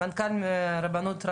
מנכ"ל הרבנות,